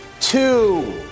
two